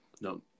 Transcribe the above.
No